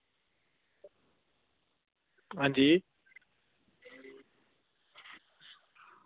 आं जी